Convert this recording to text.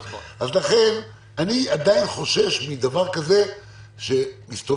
לכן אני עדיין חושש מדבר כזה שמסתובב